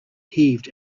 heaved